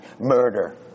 murder